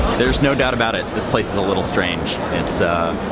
there's no doubt about it this place is a little strange. it's a.